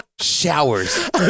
showers